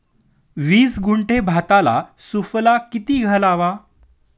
वीस गुंठे भाताला सुफला किती घालावा?